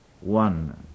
one